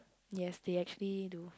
yes they actually do